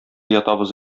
ятабыз